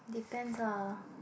depends lah